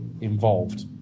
involved